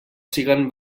siguen